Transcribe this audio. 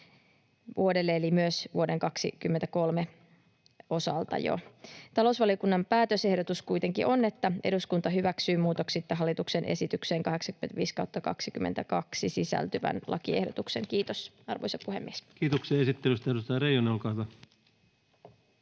vuodelle eli myös vuoden 23 osalta. Talousvaliokunnan päätösehdotus kuitenkin on, että eduskunta hyväksyy muutoksitta hallituksen esitykseen 85/22 sisältyvän lakiehdotuksen. — Kiitos, arvoisa puhemies. [Speech 3] Speaker: Ensimmäinen varapuhemies